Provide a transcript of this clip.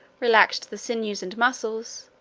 relaxed the sinews and muscles,